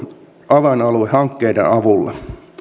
avainaluehankkeiden avulla